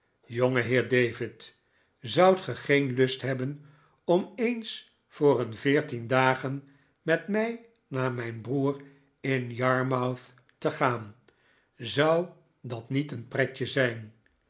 jongeheer david zoudt ge geen lust hebben om eens voor een veertien dagen met mij naar mijn broer in yarmouth te gaan zou dat niet een pretje zijn